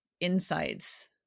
insights